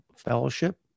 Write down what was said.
fellowship